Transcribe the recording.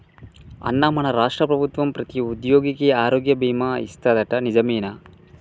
అన్నా మన రాష్ట్ర ప్రభుత్వం ప్రతి ఉద్యోగికి ఆరోగ్య బీమా ఇస్తాదట నిజమేనా